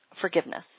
forgiveness